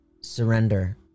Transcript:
surrender